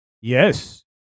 Yes